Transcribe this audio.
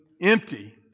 empty